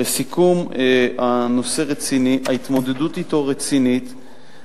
לסיכום, הנושא רציני, ההתמודדות אתו רצינית.